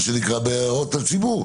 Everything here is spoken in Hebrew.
מה שנקרא "הערות לציבור",